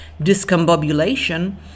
discombobulation